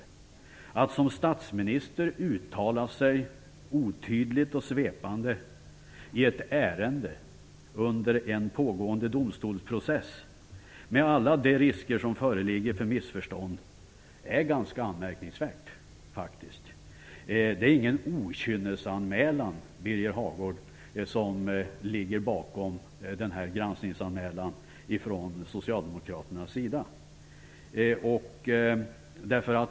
Att som statsminister uttala sig otydligt och svepande i ett ärende under en pågående domstolsprocess med alla de risker som föreligger för missförstånd är faktiskt ganska anmärkningsvärt. Det är ingen okynnesanmälan från socialdemokraternas sida som ligger bakom den här granskningsanmälan, Birger Hagård.